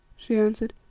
she answered,